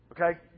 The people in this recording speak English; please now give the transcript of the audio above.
okay